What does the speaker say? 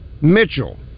Mitchell